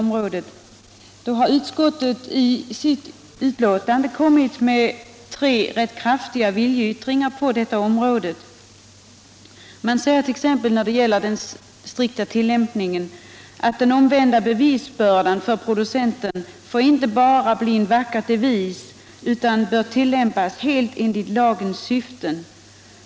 Hälsooch Jordbruksutskottet har i sitt betänkande gjort tre rätt kraftiga viljeytt — miljöfarliga varor ringar. Man säger t.ex. att den strikta tillämpningen av den omvända bevisbördan för producenten inte bara får bli en vacker devis utan bör tillämpas helt enligt lagens syften.